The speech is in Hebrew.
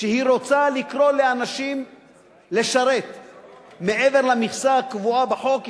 שהיא רוצה לקרוא לאנשים לשרת מעבר למכסה הקבועה בחוק,